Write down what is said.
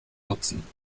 nutzen